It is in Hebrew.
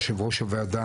יושב ראש הוועדה,